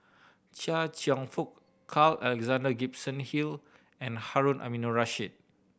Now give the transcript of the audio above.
Chia Cheong Fook Carl Alexander Gibson Hill and Harun Aminurrashid